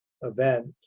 event